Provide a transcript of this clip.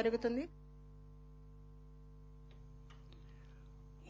corona జిల్లాలు